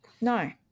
No